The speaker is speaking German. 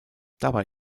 dabei